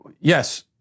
yes